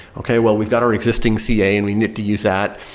okay, well we've got our existing ca and we need to use that.